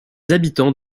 habitants